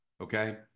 Okay